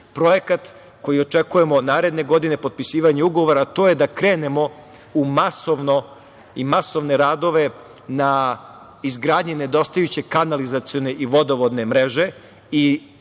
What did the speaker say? projekat koji očekujemo naredne godine, potpisivanje ugovora, to je da krenemo u masovno i masovne radove na izgradnji nedostajuće kanalizacione i vodovodne mreže i fabrika